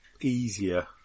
easier